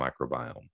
microbiome